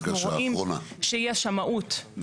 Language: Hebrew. כשיש שמאות.